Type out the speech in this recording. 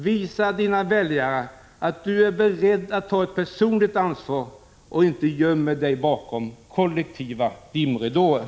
Visa era väljare att ni är beredda att ta ett personligt ansvar och inte gömmer er bakom kollektiva dimmridåer!